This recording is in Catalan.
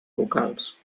vocals